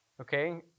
okay